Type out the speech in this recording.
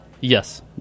Yes